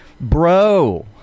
bro